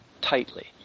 tightly